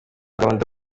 gahunda